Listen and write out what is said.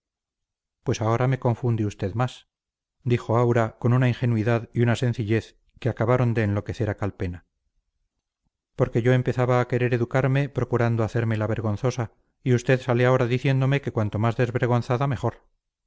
pues ahora me confunde usted más dijo aura con una ingenuidad y una sencillez que acabaron de enloquecer a calpena porque yo empezaba a querer educarme procurando hacerme la vergonzosa y usted sale ahora diciéndome que cuanto más desvergonzada mejor